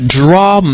draw